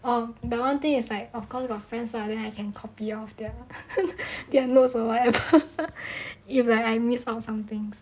um but one thing is like of course got friends lah then I can copy from their their notes ah or whatever if I miss out something